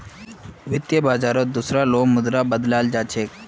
वित्त बाजारत दुसरा लो मुद्राक बदलाल जा छेक